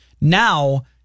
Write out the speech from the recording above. Now